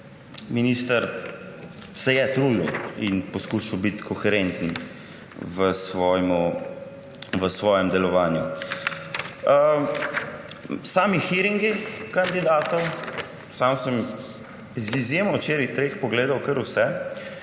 minister se je trudil in poskušal biti koherenten v svojem delovanju. Sami hearingi kandidatov. Sam sem z izjemo včeraj treh pogledal kar vse,